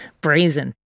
brazen